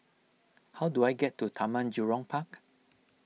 how do I get to Taman Jurong Park